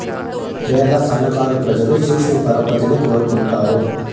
పేద సన్నకారు ప్రజలు సూక్ష్మ పరపతిని కోరుకుంటారు